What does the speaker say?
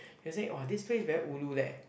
you'll say !wah! this place very ulu leh